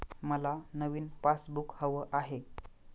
मला नवीन पासबुक हवं आहे